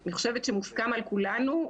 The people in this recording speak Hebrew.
אני חושבת שמוסכם על כולנו,